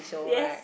yes